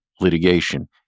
litigation